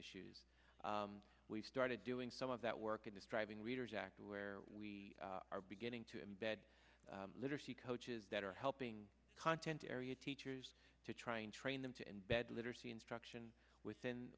issues we've started doing some of that work in the striving readers act where we are beginning to embed literacy coaches that are helping content area teachers to try and train them to embed literacy instruction within